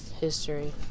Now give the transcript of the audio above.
history